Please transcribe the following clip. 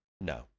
no